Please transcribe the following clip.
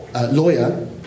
lawyer